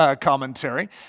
commentary